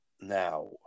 now